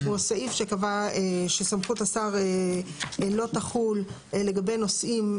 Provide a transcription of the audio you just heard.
הוא הסעיף שקבע שסמכות השר לא תחול לגבי נושאים,